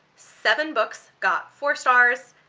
seven books got four stars,